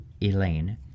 Elaine